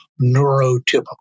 neurotypical